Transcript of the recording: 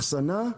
אחסנה,